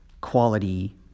quality